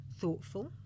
thoughtful